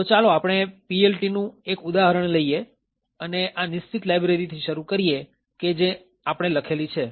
તો ચાલો આપણે PLTનું એક ઉદાહરણ લઈએ અને આ નિશ્ચિત લાયબ્રેરી થી શરુ કરીએ કે જે આપણે લખેલી છે